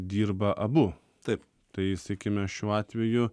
dirba abu taip tai sakykime šiuo atveju